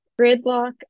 gridlock